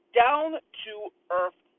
down-to-earth